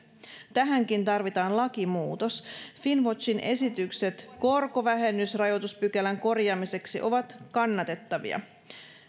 tähänkin tarvitaan lakimuutos finnwatchin esitykset korkovähennysrajoituspykälän korjaamiseksi ovat kannatettavia